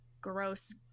gross